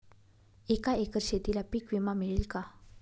एका एकर शेतीला पीक विमा मिळेल का?